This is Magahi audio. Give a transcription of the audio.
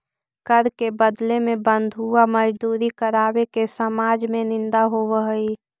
कर के बदले में बंधुआ मजदूरी करावे के समाज में निंदा होवऽ हई